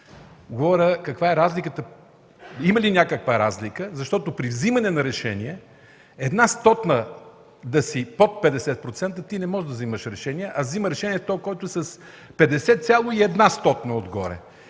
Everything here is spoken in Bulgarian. Има ли някаква разлика, защото при вземане на решение, една стотна да си под 50%, ти не можеш да вземаш решение, а взема решение този, който е с 50 цяло